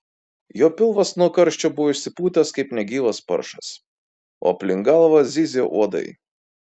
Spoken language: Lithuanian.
jo pilvas nuo karščio buvo išsipūtęs kaip negyvas paršas o aplink galvą zyzė uodai